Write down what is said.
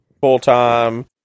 full-time